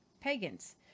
pagans